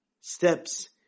steps